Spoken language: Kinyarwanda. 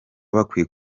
bakwiye